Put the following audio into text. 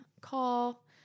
call